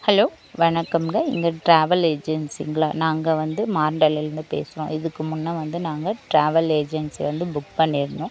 hello வணக்கமுங்க எங்கள் travel ஏஜென்ஸிங்களா நாங்கள் வந்து பேசுகிறோம் இதுக்கு முன்னே வந்து நாங்கள் டிராவல் ஏஜென்ஸி வந்து புக் பண்ணியிருந்தோம்